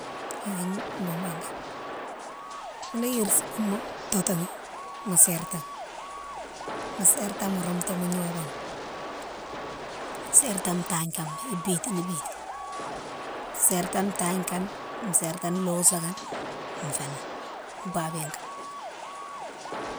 Iwigne bougba kane mola yersi bougma totaghi mo sertaghi, mo serta mo roumtou mo yobéghi. Serténe tagname ibitini biti, serta takane, serta losa kane fénan, babiyone kane.